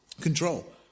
control